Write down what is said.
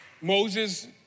Moses